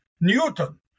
Newton